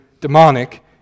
demonic